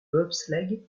bobsleigh